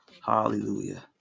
hallelujah